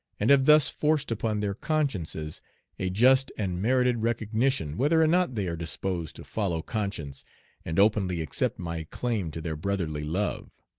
and have thus forced upon their consciences a just and merited recognition whether or not they are disposed to follow conscience and openly accept my claim to their brotherly love.